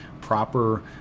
Proper